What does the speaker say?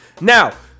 Now